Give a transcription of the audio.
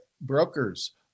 brokers